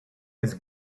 his